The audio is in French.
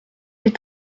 est